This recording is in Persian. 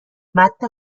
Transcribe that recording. متن